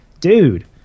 dude